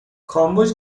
کامبوج